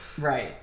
Right